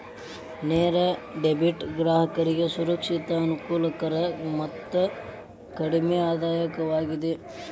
ನೇರ ಡೆಬಿಟ್ ಗ್ರಾಹಕರಿಗೆ ಸುರಕ್ಷಿತ, ಅನುಕೂಲಕರ ಮತ್ತು ಕಡಿಮೆ ವೆಚ್ಚದಾಯಕವಾಗಿದೆ